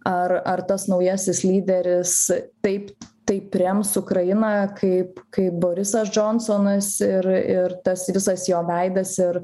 ar ar tas naujasis lyderis taip taip rems ukrainą kaip kaip borisas džonsonas ir ir tas visas jo veidas ir